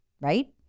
right